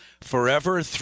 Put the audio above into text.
forever